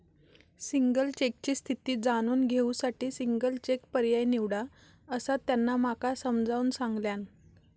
single चेकची स्थिती जाणून घेऊ साठी सिंगल चेक पर्याय निवडा, असा त्यांना माका समजाऊन सांगल्यान